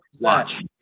Watch